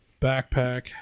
backpack